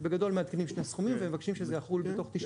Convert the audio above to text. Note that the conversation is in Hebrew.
בגדול מעדכנים שני סכומים ומבקשים שזה יחול בתוך 90